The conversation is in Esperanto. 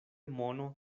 mono